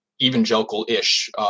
evangelical-ish